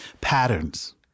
Patterns